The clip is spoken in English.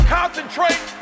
concentrate